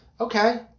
Okay